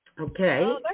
Okay